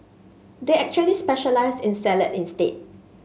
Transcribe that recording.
they actually specialise in salad instead